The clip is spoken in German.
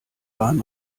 bahn